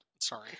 Sorry